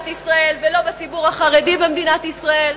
ישראל ולא בציבור החרדי במדינת ישראל,